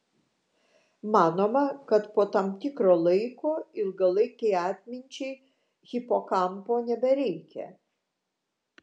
manoma kad po tam tikro laiko ilgalaikei atminčiai hipokampo nebereikia